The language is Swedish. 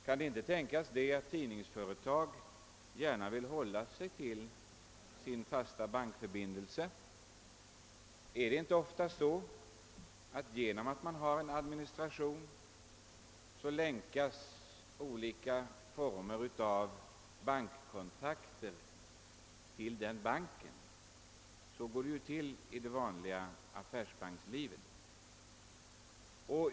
Kan .det inte tänkas att ett tidningsföretag gärna vill hålla sig till sin fasta bankförbindelse, och länkas inte ofta olika former av bankkontakter till en viss bank därför att man har en administration? Detta är ju ordningen inom de vanliga affärsbankerna.